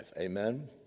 Amen